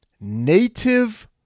native